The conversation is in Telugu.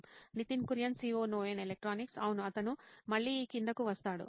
నితిన్ కురియన్ COO నోయిన్ ఎలక్ట్రానిక్స్ అవును అతను మళ్ళీ ఈ కిందకు వస్తాడు అవును